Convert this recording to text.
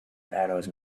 battles